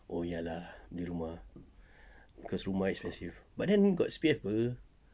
oh ya lah beli rumah cause rumah expensive but then got C_P_F [pe]